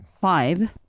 Five